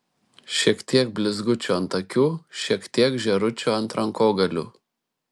šiek tiek blizgučių ant akių šiek tiek žėručių ant rankogalių